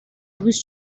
was